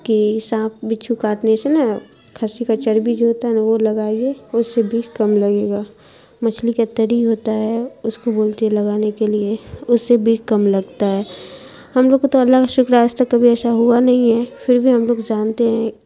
کہ سانپ بچھو کاٹنے سے نا کھسی کا چربی جو ہوتا ہے نا وہ لگائیے اس سے بھی کم لگے گا مچھلی کا تری ہوتا ہے اس کو بولتے ہیں لگانے کے لیے اس سے بھی کم لگتا ہے ہم لوگ کو تو اللہ کا شکر ہے آج تک کبھی ایسا ہوا نہیں ہے فر بھی ہم لوگ جانتے ہیں